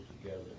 together